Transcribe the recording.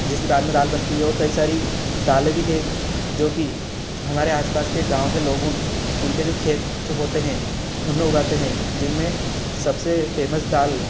जिसकी बाद में दाल बनती है और कई सारी दालें भी हैं जो कि हमारे आस पास के गाँव के लोग उन उनके जो खेत होते हैं उनमें उगाते हैं जिनमें सबसे फेमस दाल